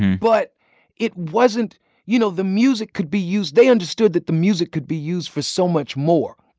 but it wasn't you know, the music could be used they understood that the music could be used for so much more,